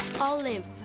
olive